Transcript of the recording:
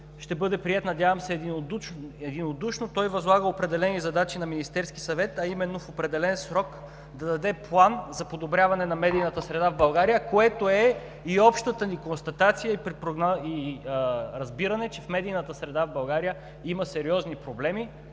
ще бъде приет, надявам се, единодушно. Той възлага определени задачи на Министерския съвет, а именно в определен срок да даде план за подобряване на медийната среда в България, което е и общата ни констатация и разбиране, че в медийната среда в България има сериозни проблеми,